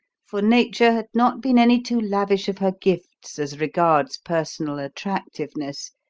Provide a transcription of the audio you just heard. for nature had not been any too lavish of her gifts as regards personal attractiveness,